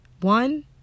One